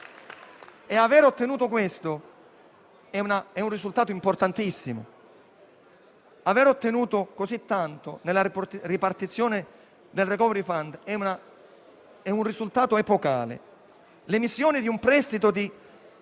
e avere ottenuto questo è un risultato importantissimo, aver ottenuto così tanto nella ripartizione del *recovery fund* è un risultato epocale; l'emissione di un prestito con